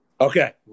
Okay